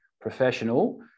professional